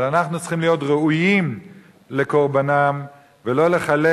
אבל אנחנו צריכים להיות ראויים לקורבנם ולא לחלל